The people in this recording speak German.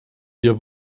wir